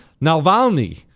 Navalny